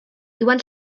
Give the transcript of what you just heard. iwan